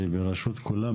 ברשות כולם,